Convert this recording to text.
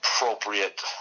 appropriate